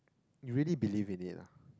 you really believe in it lah